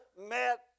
met